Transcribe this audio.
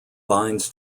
binds